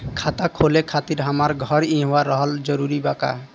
खाता खोले खातिर हमार घर इहवा रहल जरूरी बा का?